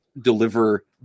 deliver